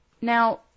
Now